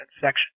section